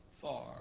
far